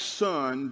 son